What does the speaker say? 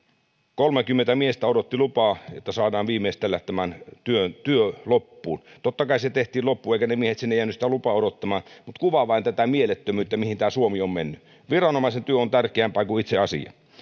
kolmekymmentä miestä odotti lupaa että saadaan viimeistellä työ loppuun totta kai se tehtiin loppuun eivätkä ne miehet sinne jääneet sitä lupaa odottamaan mutta tämä kuvaa vain tätä mielettömyyttä mihin suomi on mennyt viranomaisen työ on tärkeämpää kuin itse asia